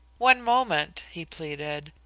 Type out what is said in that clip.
one moment, he pleaded.